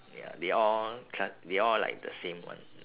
ya they all cla~ they all like the same one